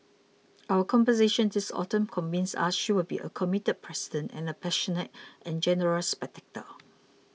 our conversations this autumn convince us she will be a committed president and a passionate and generous spectator